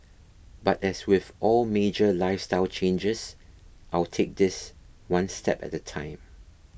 but as with all major lifestyle changes I'll take this one step at a time